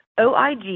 OIG